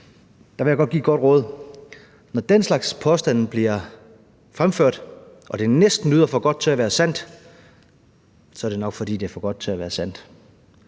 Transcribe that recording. Der vil jeg godt give et godt råd. Når den slags påstande bliver fremført og det næsten lyder for godt til at være sandt, så er det nok, fordi det er for godt til at være sandt.